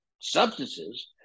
substances